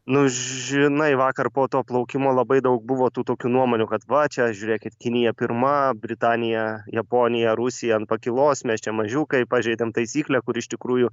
nu žinai vakar po to plaukimo labai daug buvo tų tokių nuomonių kad va čia žiūrėkit kinija pirma britanija japonija rusija ant pakylos mes čia mažiukai pažeidėm taisyklę kuri iš tikrųjų